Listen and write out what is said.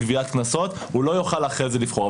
לגביית קנסות הוא לא יוכל אחרי זה לבחור,